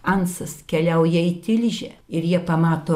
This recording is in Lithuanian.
ansas keliauja į tilžę ir jie pamato